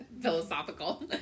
Philosophical